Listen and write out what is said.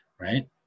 right